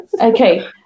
Okay